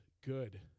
good